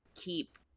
keep